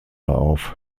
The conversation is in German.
auf